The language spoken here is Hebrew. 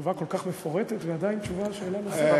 תשובה כל כך מפורטת, ועדיין שאלה נוספת?